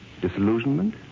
disillusionment